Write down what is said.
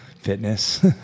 fitness